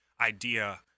idea